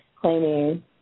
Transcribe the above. claiming